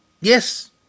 Yes